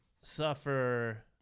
suffer